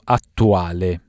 attuale